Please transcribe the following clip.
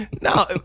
No